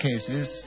cases